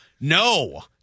no